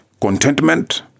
contentment